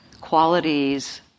qualities